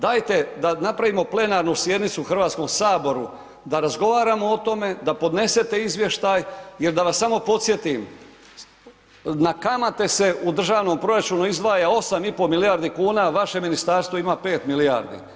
Dajte da napravimo plenarnu sjednicu u HS-u da razgovaramo o tome, da podnesete izvještaj jer da vas samo podsjetim, na kamate se u državnom proračunu izdvaja 8,5 milijardi kuna, važe ministarstvo ima 5 milijardi.